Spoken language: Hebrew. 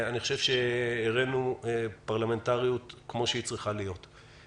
אני חושב שהראנו פרלמנטריות כפי שהיא צריכה להיראות.